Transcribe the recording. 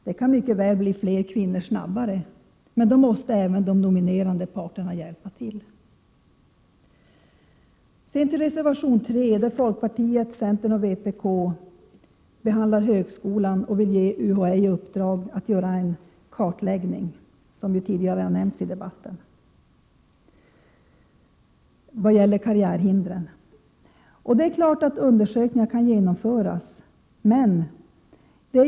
Det kan mycket väl bli fler kvinnor snabbare, men då måste även de nominerande parterna hjälpa till. Sedan till reservation 3, där folkpartiet, centern och vpk behandlar högskolan och vill att UHÄ skall ges i uppdrag att göra en brett upplagd kartläggning beträffande karriärhinder för kvinnor. Det är klart att undersökningar kan genomföras.